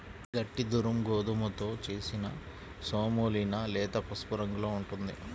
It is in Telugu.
గట్టి దురుమ్ గోధుమతో చేసిన సెమోలినా లేత పసుపు రంగులో ఉంటుంది